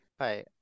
Hi